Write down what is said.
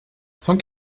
cent